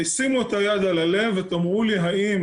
תשימו את היד על הלב ותאמרו לי האם